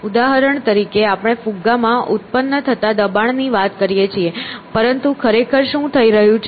ઉદાહરણ તરીકે આપણે ફુગ્ગામાં ઉત્પન્ન થતા દબાણ ની વાત કરીએ છીએ પરંતુ ખરેખર શું થઈ રહ્યું છે